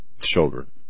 children